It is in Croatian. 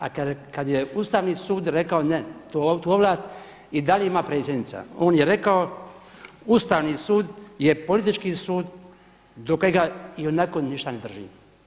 A kada je Ustavni sud rekao ne, tu ovlast i dalje ima Predsjednica, on je rekao: „Ustavni sud je politički sud do kojega ionako ništa ne držim“